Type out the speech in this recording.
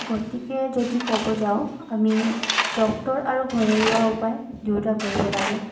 গতিকে যদি ক'ব যাওঁ আমি ডাক্তৰ আৰু ঘৰুৱা উপায় দুয়োটা কৰিব লাগে